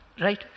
Right